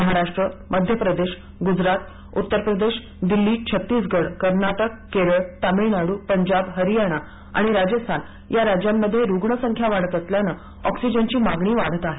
महाराष्ट्र मध्य प्रदेश गुजरात उत्तर प्रदेश दिल्ली छत्तीसगड कर्नाटक केरळ तमिळनाडू पंजाब हरियाना आणि राजस्थान या राज्यांमध्ये रुग्णसंख्या वाढत असल्यानं ऑक्सिजनची मागणी वाढत आहे